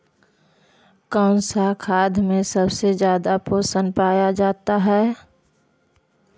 कौन सा खाद मे सबसे ज्यादा पोषण पाया जाता है?